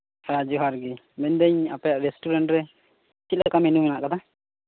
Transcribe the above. ᱦᱮᱸ ᱡᱚᱦᱟᱨ ᱜᱮ ᱢᱮᱱᱰᱟᱹᱧ ᱟᱯᱮᱭᱟᱜ ᱨᱮᱥᱴᱩᱨᱮᱱᱴ ᱨᱮ ᱪᱮᱫ ᱠᱟ ᱢᱮᱱᱩ ᱦᱮᱱᱟᱜ ᱠᱟᱫᱟ